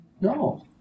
No